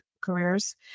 careers